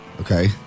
Okay